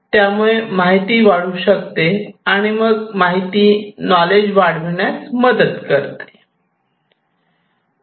त्यामुळे माहिती वाढवू शकते आणि मग माहिती नॉलेज वाढविण्यात मदत करू शकते